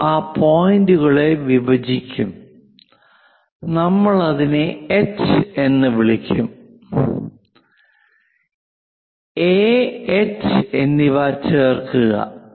അത് ആ പോയിന്ററുകളെ വിഭജിക്കും നമ്മൾ അതിനെ എച്ച് എന്ന് വിളിക്കും എ എച്ച് A H എന്നിവ ചേർക്കുക